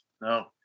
No